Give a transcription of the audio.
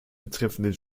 betreffenden